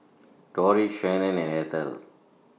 Doris Shannen and Ethel